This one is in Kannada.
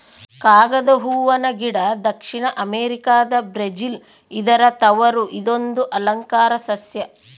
ಕಾಗದ ಹೂವನ ಗಿಡ ದಕ್ಷಿಣ ಅಮೆರಿಕಾದ ಬ್ರೆಜಿಲ್ ಇದರ ತವರು ಇದೊಂದು ಅಲಂಕಾರ ಸಸ್ಯ